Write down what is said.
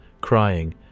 crying